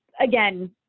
Again